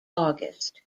august